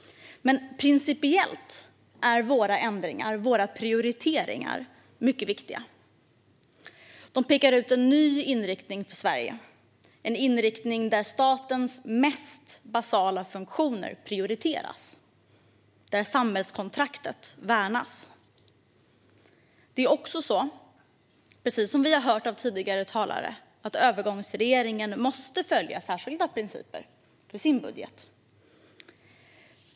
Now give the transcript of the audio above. Men principiellt är våra ändringar, våra prioriteringar, mycket viktiga. De pekar ut en ny inriktning för Sverige, en inriktning där statens mest basala funktioner prioriteras och där samhällskontraktet värnas. Det är också så, precis som vi har hört av tidigare talare, att övergångsregeringen måste följa särskilda principer för sin budget.